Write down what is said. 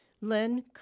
Len